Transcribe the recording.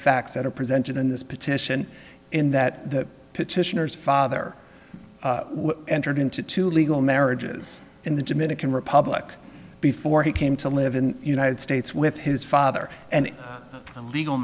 facts that are presented in this petition and that the petitioners father entered into two legal marriages in the dominican republic before he came to live in united states with his father and a legal